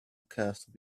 castle